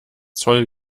zoll